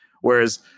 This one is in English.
Whereas